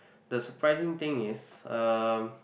the surprising thing is uh